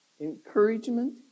encouragement